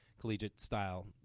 collegiate-style